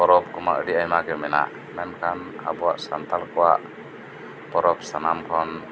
ᱯᱚᱨᱚᱵᱽ ᱠᱚᱢᱟ ᱟᱹᱰᱤ ᱭᱟᱢᱟ ᱠᱚᱜᱤ ᱢᱮᱱᱟᱜ ᱢᱮᱱᱠᱷᱟᱱ ᱟᱵᱩᱣᱟᱜ ᱥᱟᱱᱛᱟᱲ ᱠᱚᱣᱟᱜ ᱯᱚᱨᱚᱵᱽ ᱥᱟᱱᱟᱢ ᱠᱷᱚᱱ